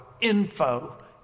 Info